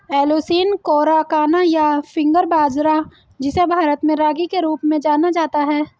Eleusine coracana, या finger बाजरा, जिसे भारत में रागी के रूप में जाना जाता है